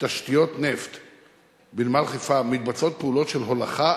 "תשתיות נפט ואנרגיה" בנמל חיפה מתבצעות פעולות של הולכה,